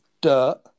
dirt